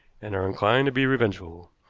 and are inclined to be revengeful.